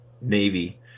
Navy